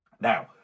Now